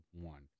one